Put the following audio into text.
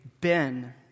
Ben